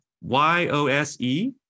Y-O-S-E